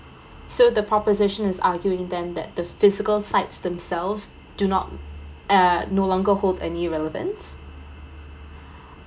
so the proposition is arguing then that the physical sites themselves do not uh no longer hold any relevance